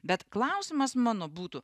bet klausimas mano būtų